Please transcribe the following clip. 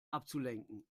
abzulenken